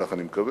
כך אני מקווה,